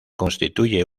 constituye